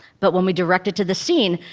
but when we direct it to the scene,